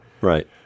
right